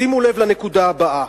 שימו לב לנקודה הבאה: